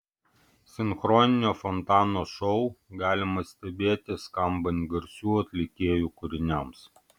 sinchroninio fontano šou galima stebėti skambant garsių atlikėjų kūriniams